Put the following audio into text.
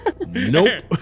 Nope